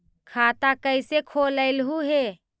खाता कैसे खोलैलहू हे?